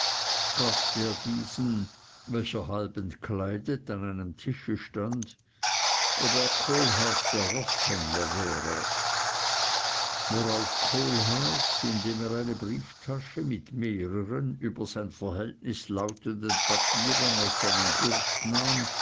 fragte er diesen welcher halb entkleidet an einem tische stand ob er kohlhaas der roßhändler wäre worauf kohlhaas indem er eine brieftasche mit mehreren über sein verhältnis lautenden papieren aus seinem gurt